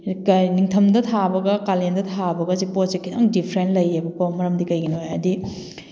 ꯅꯤꯡꯊꯝꯗ ꯊꯥꯕꯒ ꯀꯥꯂꯦꯟꯗ ꯊꯥꯕꯒꯁꯦ ꯄꯣꯠꯁꯦ ꯈꯤꯇꯪ ꯗꯤꯐ꯭ꯔꯦꯟ ꯂꯩꯌꯦꯕꯀꯣ ꯃꯔꯝꯗꯤ ꯀꯩꯒꯤꯅꯣ ꯍꯥꯏꯔꯗꯤ